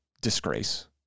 disgrace